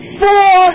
four